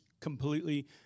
completely